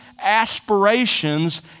aspirations